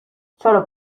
solo